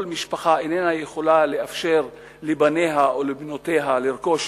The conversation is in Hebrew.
כל משפחה איננה יכולה לאפשר לבניה או לבנותיה לרכוש